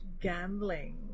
gambling